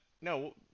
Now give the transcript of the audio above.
No